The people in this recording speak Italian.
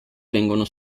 vengono